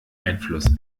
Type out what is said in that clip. einfluss